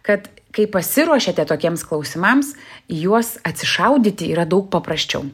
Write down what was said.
kad kai pasiruošiate tokiems klausimams juos atsišaudyti yra daug paprasčiau